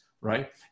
right